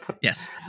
Yes